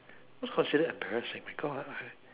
what's considered embarrassing my god